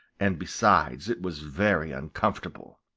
and besides, it was very uncomfortable.